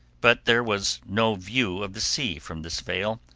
but there was no view of the sea from this vale,